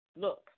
look